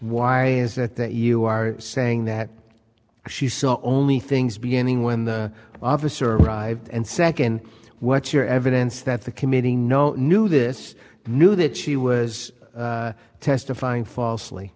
why is it that you are saying that she saw only things beginning when the officer arrived and second what's your evidence that the committing no new this new that she was testifying falsely